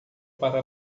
para